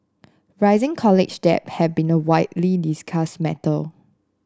rising college debt have been a widely discussed matter